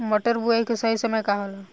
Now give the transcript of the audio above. मटर बुआई के सही समय का होला?